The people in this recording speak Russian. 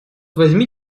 возьми